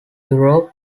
europe